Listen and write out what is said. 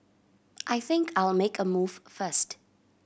I think I will make a move first